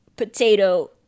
Potato